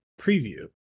preview